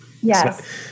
yes